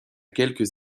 quelque